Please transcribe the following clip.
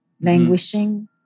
languishing